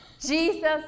Jesus